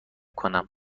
کنم